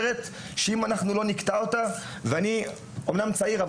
אני אמנם צעיר,